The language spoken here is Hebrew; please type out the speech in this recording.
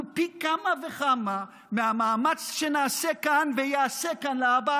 הוא פי כמה וכמה מהמאמץ שנעשה כאן וייעשה כאן להבא